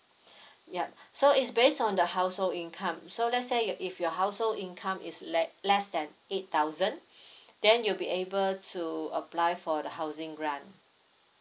ya so is based on the household income so let's say you if your household income is let less than eight thousand then you'll be able to apply for the housing grant